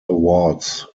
awards